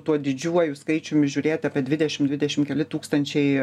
tuo didžiuoju skaičiumi žiūrėti apie dvidešimt dvidešimt keli tūkstančiai